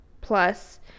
plus